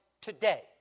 today